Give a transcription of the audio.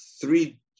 three